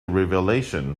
revelation